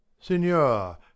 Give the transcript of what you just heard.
Signor